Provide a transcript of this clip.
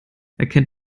erkennt